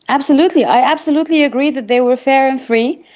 absolutely, i absolutely agree that they were fair and free,